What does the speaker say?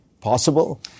Possible